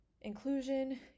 inclusion